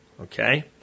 Okay